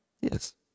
Yes